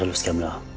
and skam la?